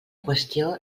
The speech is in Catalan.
qüestió